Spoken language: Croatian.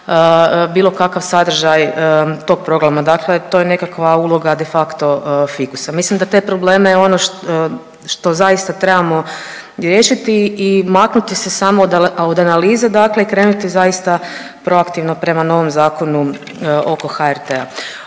bilo kakav sadržaj tog programa. Dakle, to je nekakva uloga de facto fikusa. Mislim da te probleme ono što zaista trebamo riješiti i maknuti se samo od analize dakle i krenuti zaista proaktivno prema novom zakonu oko HRT-a.